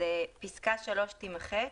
פסקה (3) תימחק.